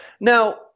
now